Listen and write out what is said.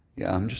yeah.